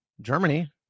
Germany